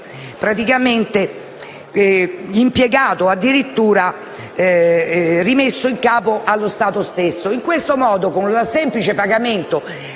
doveva essere addirittura rimesso in capo allo Stato stesso. In questo modo, con il semplice pagamento